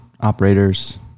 operators